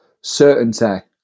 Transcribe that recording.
certainty